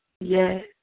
Yes